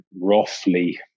Roughly